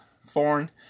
foreign